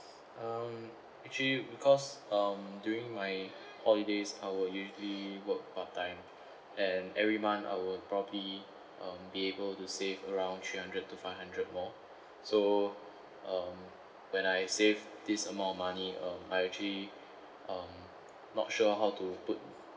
um actually because um during my holidays I will usually work part time and every month I will probably um be able to save around three hundred to five hundred more so um when I save this amount of money um I actually um not sure how to put